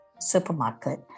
supermarket